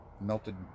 melted